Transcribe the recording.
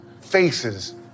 faces